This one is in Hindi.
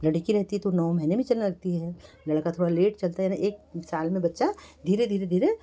लड़की रहती है तो नौ महीने में चलने लगती है लड़का थोड़ा लेट चलता है ना एक साल में बच्चा धीरे धीरे धीरे